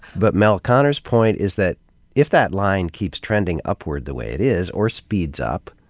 but mel konner's point is that if that line keeps trending upward the way it is, or speeds up,